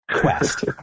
quest